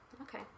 okay